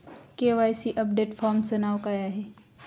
KYC update फॉर्मचे नाव काय आहे?